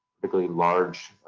particularly large